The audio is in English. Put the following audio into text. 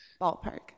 Ballpark